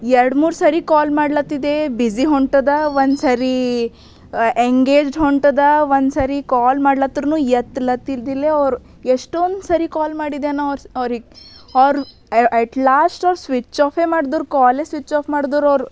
ಎರಡು ಮೂರು ಸರಿ ಕಾಲ್ ಮಾಡ್ಲತ್ತಿದೇ ಬಿಸಿ ಹೊಂಟದ ಒಂದ್ಸರೀ ಎಂಗೇಜ್ಡ್ ಹೊಂಟದ ಒಂದ್ಸರಿ ಕಾಲ್ ಮಾಡ್ಲತ್ರನೂ ಎತ್ಲತ್ತಿದ್ದಿಲ್ಲೆ ಅವ್ರು ಎಷ್ಟೊಂದು ಸರಿ ಕಾಲ್ ಮಾಡಿದೆ ನಾ ಅವ್ರ್ ಅವ್ರಿಗೆ ಅವ್ರು ಎಟ್ಲಾಶ್ಟ್ ಅವ್ರು ಸ್ವಿಚ್ ಆಫೆ ಮಾಡಿದ್ರು ಕಾಲೇ ಸ್ವಿಚ್ ಆಫ್ ಮಾಡಿದ್ರು ಅವರು